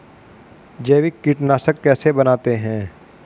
जैविक कीटनाशक कैसे बनाते हैं?